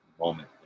moment